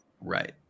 Right